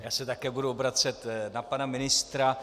Já se také budu obracet na pana ministra.